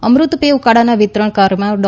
અમૃતપેય ઉકાળાના વિતરણ કાર્યમાં ડો